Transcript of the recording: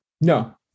No